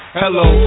hello